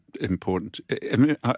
important